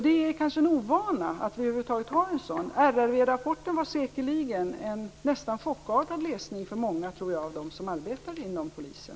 Det är kanske en ovana att vi har en sådan. RRV-rapporten var säkerligen en nästan chockartad läsning för många av dem som arbetar inom Polisen.